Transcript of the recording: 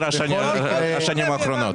אני לא חייתי פה ב-12 השנים האחרונות?